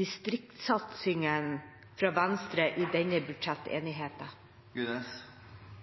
distriktssatsingene fra Venstre i denne